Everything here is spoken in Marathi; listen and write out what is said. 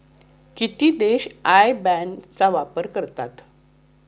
किती देश आय बॅन चा वापर करतात?